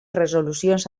resolucions